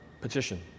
petition